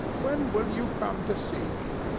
when will you come to see me?